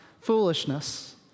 foolishness